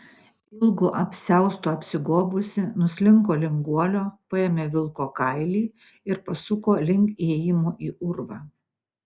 ilgu apsiaustu apsigobusi nuslinko link guolio paėmė vilko kailį ir pasuko link įėjimo į urvą